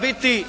biti,